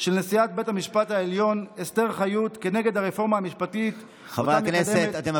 של נשיאת בית המשפט העליון אסתר חיות כנגד הרפורמה המשפטית שמקדמים